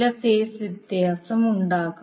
ചില ഫേസ് വ്യത്യാസമുണ്ടാകും